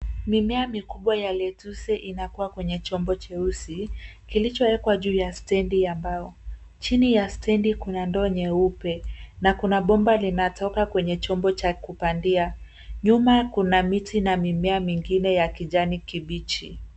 Mimea mikubwa ya lettuce inakua kwenye chombo cheusi kilichowekwa juu ya stendi ya mbao. Chini ya stendi kuna ndoo nyeupe na kuna bomba linatoka kwenye chombo cha kupandia. Nyuma kuna miti na mimea mingine ya kijani kibichi.